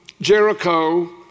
Jericho